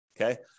Okay